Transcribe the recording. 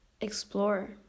Explore